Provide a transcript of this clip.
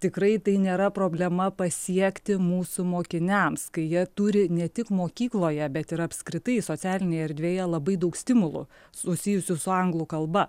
tikrai tai nėra problema pasiekti mūsų mokiniams kai jie turi ne tik mokykloje bet ir apskritai socialinėje erdvėje labai daug stimulų susijusių su anglų kalba